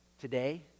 today